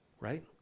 right